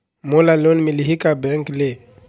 मोला लोन मिलही का बैंक ले?